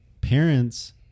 parents